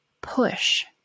push